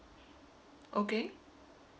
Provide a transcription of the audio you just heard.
okay